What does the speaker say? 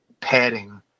padding